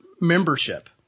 membership